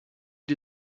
die